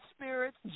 spirits